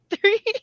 three